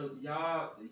y'all